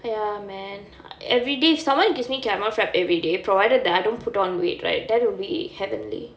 ya man everyday if someone gives me caramel frappe everyday provided that I don't put on weight right that'll be a heavenly